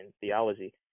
theology